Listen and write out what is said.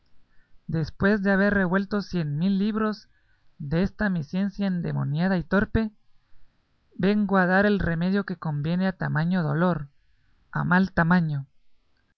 después de haber revuelto cien mil libros desta mi ciencia endemoniada y torpe vengo a dar el remedio que conviene a tamaño dolor a mal tamaño